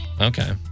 Okay